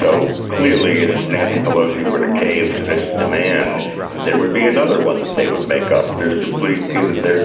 so clearly if nancy pelosi were to cave to this demand there would be another one that they would make up. they're simply giving they're